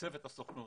צוות הסוכנות,